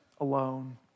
alone